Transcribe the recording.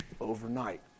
overnight